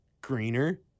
Greener